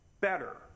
better